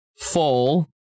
full